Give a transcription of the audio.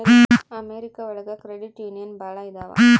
America ಒಳಗ credit union ಭಾಳ ಇದಾವ